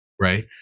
right